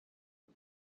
بود